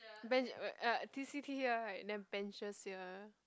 bench uh t_c_t here right then benches here